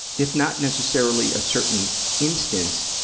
if not necessarily a certain instance,